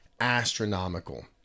astronomical